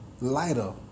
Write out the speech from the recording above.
Lighter